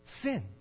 sin